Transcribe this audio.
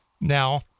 Now